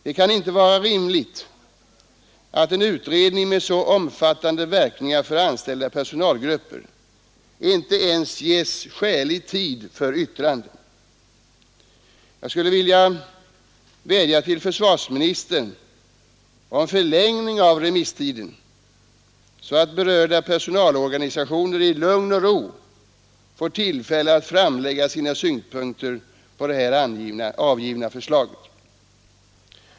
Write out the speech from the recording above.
Det kan inte vara rimligt att när det gäller en utredning med så omfattande verkningar för anställda personalgrupper det inte ens skall ges skälig tid för yttrande. Jag skulle vilja vädja till försvarsministern om förlängning av remisstiden, så att berörda personalorganisationer i lugn och ro får tillfälle att framlägga sina synpunkter på det avgivna förslaget.